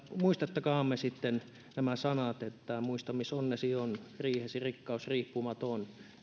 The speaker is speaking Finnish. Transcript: muistakaamme sitten nämä sanat että muista miss onnesi on riihesi rikkaus riippumaton